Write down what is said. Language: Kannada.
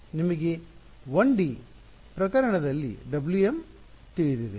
ನಿಮಗೆ 1D ಪ್ರಕರಣದಲ್ಲಿ W m ತಿಳಿದಿದೆ